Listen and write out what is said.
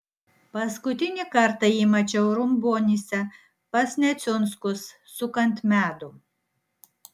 paskutinį kartą jį mačiau rumbonyse pas neciunskus sukant medų